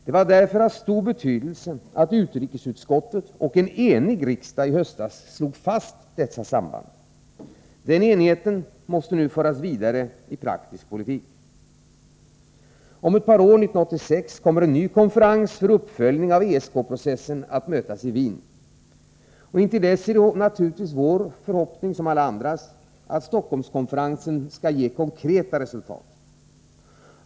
Det var därför av stor betydelse att utriksutskottet och en enig riksdag i höstas slog fast dessa samband. Den enigheten måste nu föras vidare i praktisk politik. Om ett par år, 1986, kommer en ny konferens för uppföljning av ESK-processen att inledas i Wien. Intill dess är det naturligtvis vår förhoppning, som alla andras, att Stockholmskonferensen skall ha kunnat avsätta konkreta resultat.